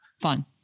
Fun